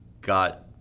got